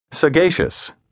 Sagacious